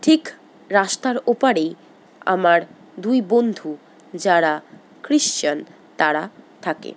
ঠিক রাস্তার ওপারেই আমার দুই বন্ধু যারা খ্রিশ্চান তারা থাকে